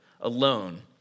alone